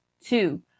two